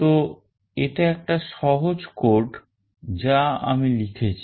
তো এটা একটা সহজ code যা আমি লিখেছি